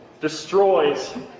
destroys